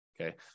okay